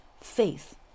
faith